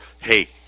hey